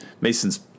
Mason's –